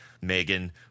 Megan